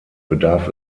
bedarf